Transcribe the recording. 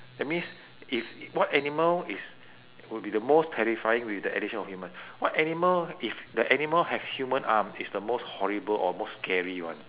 that means if what animal is will be the most terrifying with the addition of human what animal if the animal have human arm is the most horrible or most scary one